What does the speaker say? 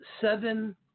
seven